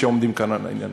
שעומדים כאן על העניין: